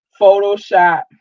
Photoshop